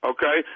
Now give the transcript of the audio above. Okay